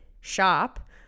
shop